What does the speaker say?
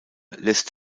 lässt